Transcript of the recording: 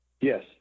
Yes